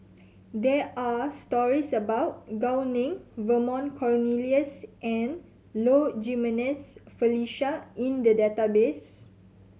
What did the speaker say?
there are stories about Gao Ning Vernon Cornelius and Low Jimenez Felicia in the database